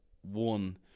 one